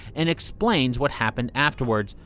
and explains what happened afterward.